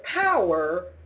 power